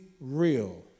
real